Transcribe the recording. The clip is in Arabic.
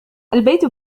البيت